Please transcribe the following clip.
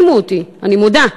הדהימו אותי, אני מודה.